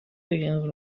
begins